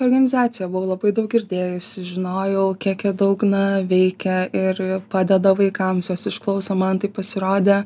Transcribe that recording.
organizaciją buvo labai daug girdėjusi žinojau kiek jie daug na veikia ir padeda vaikams juos išklauso man tai pasirodė